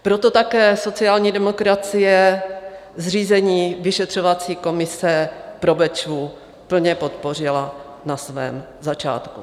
Proto také sociální demokracie zřízení vyšetřovací komise pro Bečvu plně podpořila na svém začátku.